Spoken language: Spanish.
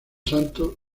santos